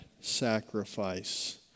sacrifice